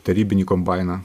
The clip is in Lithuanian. tarybinį kombainą